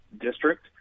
district